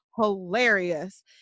hilarious